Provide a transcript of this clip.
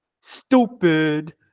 Stupid